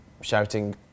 shouting